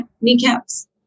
kneecaps